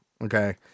okay